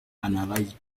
analysed